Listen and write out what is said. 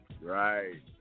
Right